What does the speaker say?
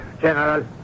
General